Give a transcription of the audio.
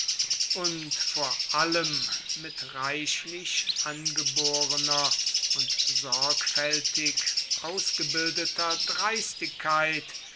und vor allem mit reichlich angeborener und sorgfältig ausgebildeter dreistigkeit